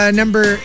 number